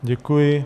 Děkuji.